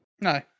No